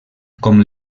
com